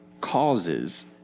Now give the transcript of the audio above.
causes